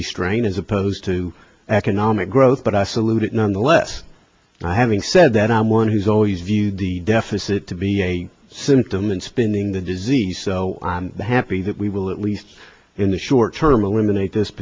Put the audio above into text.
restraint as opposed to economic growth but i salute it nonetheless having said that i'm one who's always viewed the deficit to be a symptom and spinning the disease so i'm happy that we will at least in the short term eliminate this